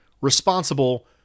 responsible